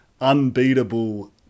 unbeatable